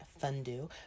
fondue